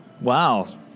Wow